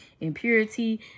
impurity